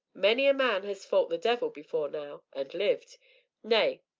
many a man has fought the devil before now and lived nay,